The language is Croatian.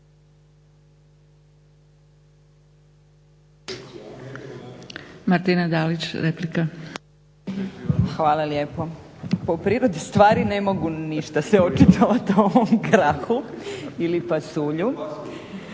Martina (HDZ)** Hvala lijepo. Pa u prirodi stvari ne mogu ništa se očitovati o ovom grahu ili pasulju.